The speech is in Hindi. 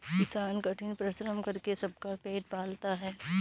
किसान कठिन परिश्रम करके सबका पेट पालता है